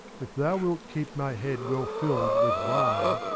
if thou wilt keep my head well filled with wine,